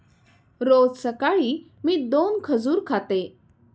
रोज सकाळी मी दोन खजूर खाते